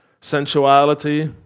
sensuality